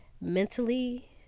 mentally